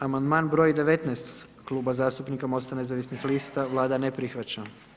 Amandman broj 19 Kluba zastupnika Mosta nezavisnih lista, Vlada ne prihvaća.